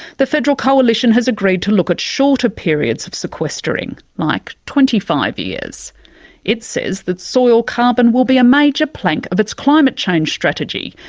the federal coalition has agreed to look at shorter periods of sequestering, like twenty five years. it says that soil carbon will be a major plank of its climate change strategy,